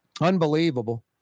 Unbelievable